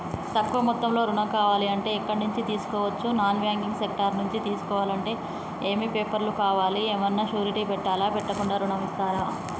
తక్కువ మొత్తంలో ఋణం కావాలి అంటే ఎక్కడి నుంచి తీసుకోవచ్చు? నాన్ బ్యాంకింగ్ సెక్టార్ నుంచి తీసుకోవాలంటే ఏమి పేపర్ లు కావాలి? ఏమన్నా షూరిటీ పెట్టాలా? పెట్టకుండా ఋణం ఇస్తరా?